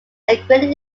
greatly